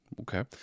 okay